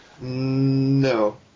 No